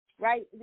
right